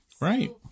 Right